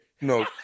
No